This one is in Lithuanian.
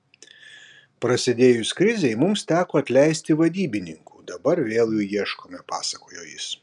prasidėjus krizei mums teko atleisti vadybininkų dabar vėl jų ieškome pasakojo jis